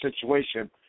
situation